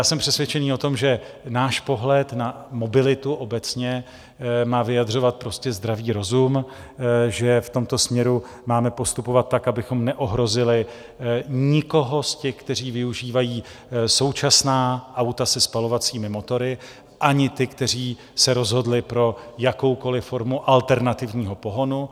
Jsem přesvědčený o tom, že náš pohled na mobilitu obecně má vyjadřovat prostě zdravý rozum, že v tomto směru máme postupovat tak, abychom neohrozili nikoho z těch, kteří využívají současná auta se spalovacími motory, ani ty, kteří se rozhodli pro jakoukoliv formu alternativního pohonu.